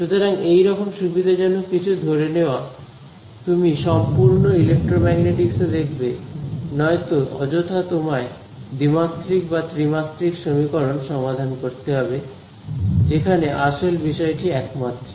সুতরাং এই রকম সুবিধাজনকভাবে কিছু ধরে নেওয়া তুমি সম্পূর্ণ ইলেক্ট্রোম্যাগনেটিকস এ দেখবে নয়তো অযথা তোমায় দ্বিমাত্রিক বা ত্রিমাত্রিক সমীকরণ সমাধান করতে হবে যেখানে আসল বিষয়টি একমাত্রিক